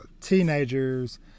teenagers